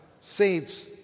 saints